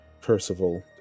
Percival